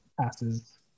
passes